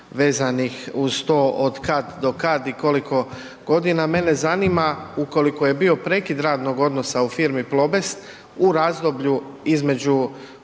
vezanih uz to od kad do kad i koliko godina. Mene zanima ukoliko je bio prekid radnog odnosa u firmi Plobest u razdoblju između